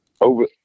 over